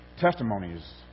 testimonies